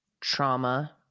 trauma